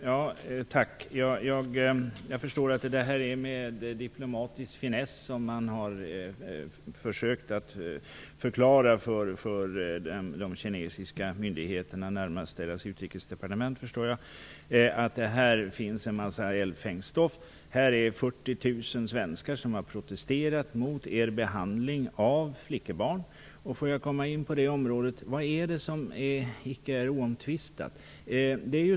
Fru talman! Jag förstår att man med diplomatisk finess har försökt att förklara för de kinesiska myndigheterna, närmast deras utrikesdepartement, att det här finns en mängd eldfängt stoff. Här har 40 000 svenskar protesterat mot deras behandling av flickebarn. Får jag komma in på det området och fråga: Vad är det som icke är oomtvistat?